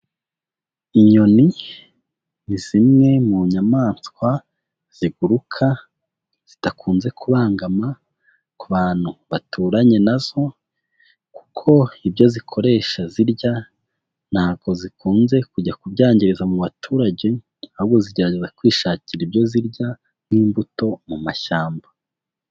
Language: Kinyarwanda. Inyoni ni zimwe mu nyamaswa ziguruka zidakunze kubangama ku bantu baturanye na zo kuko ibyo zikoresha zirya ntabwo zikunze kujya kubyangiza mu baturage ahubwo zigerageza kwishakira ibyo zirya nk'imbuto mu mashyamba.